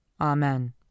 Amen